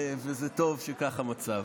וטוב שכך המצב.